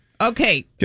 Okay